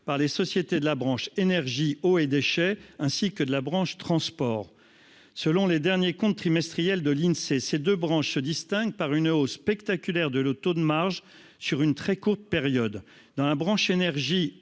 par les sociétés de la branche énergie, eau et déchets ainsi que de la branche transports selon les derniers comptes trimestriels de l'Insee, ces 2 branches se distingue par une hausse spectaculaire de le taux de marge sur une très courte période dans la branche énergie,